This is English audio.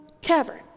cavern